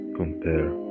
compare